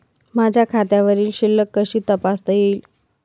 माझ्या खात्यावरील शिल्लक कशी तपासता येईल?